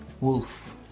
Wolf